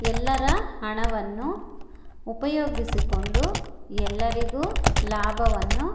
ಎಲ್ಲರ ಹಣವನ್ನು ಉಪಯೋಗಿಸಿಕೊಂಡು ಎಲ್ಲರಿಗೂ ಲಾಭವನ್ನು